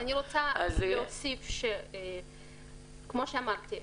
אז אני רוצה להוסיף שכמו שאמרתי,